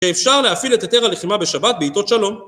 שאפשר להפעיל את היתר הלחימה בשבת בעיתות שלום